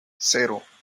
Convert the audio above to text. cero